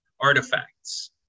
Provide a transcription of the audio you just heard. artifacts